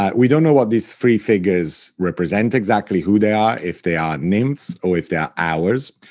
ah we don't know what these three figures represent exactly, who they are, if they are nymphs or if they are hours.